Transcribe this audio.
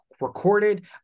recorded